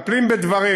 מטפלים בדברים.